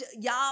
y'all